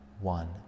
one